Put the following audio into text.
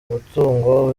umutungo